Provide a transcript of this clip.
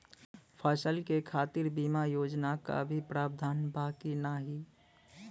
फसल के खातीर बिमा योजना क भी प्रवाधान बा की नाही?